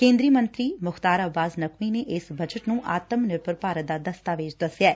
ਕੇਂਦਰੀਂ ਮੰਤਰੀ ਮੁੱਖਤਾਰ ਅੱਬਾਸ ਨਕੁਵੀ ਨੇ ਇਸ ਬਜਟ ਨੰ ਆਤਮ ਨਿਰਭਰ ਭਾਰਤ ਦਾ ਦਸਤਾਵੇਜ ਦਸਿਆ